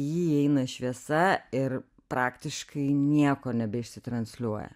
į jį įeina šviesa ir praktiškai nieko nebeišsitransliuoja